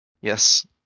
Yes